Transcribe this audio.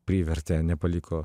privertė nepaliko